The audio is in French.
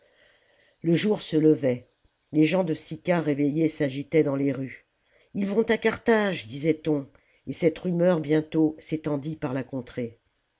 le jour se levait les gens de sicca réveillés s'agitaient dans les rues ils vont à carthage disait-on et cette rumeur bientôt s'étendit par la contrée